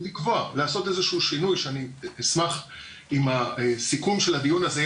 לעשות איזשהו שינוי שאני אשמח עם הסיכום של הדיון הזה,